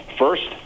First